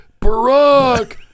Barack